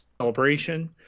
celebration